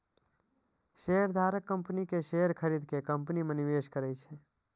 शेयरधारक कंपनी के शेयर खरीद के कंपनी मे निवेश करै छै